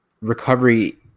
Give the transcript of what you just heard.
recovery